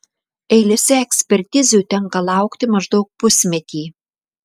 eilėse ekspertizių tenka laukti maždaug pusmetį